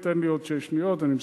תן לי עוד שש שניות, ואני מסיים.